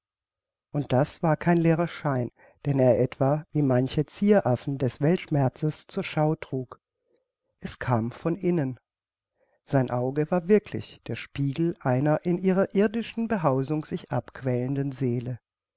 und das war kein leerer schein den er etwa wie manche zieraffen des weltschmerzes zur schau trug es kam von innen sein auge war wirklich der spiegel einer in ihrer irdischen behausung sich abquälenden seele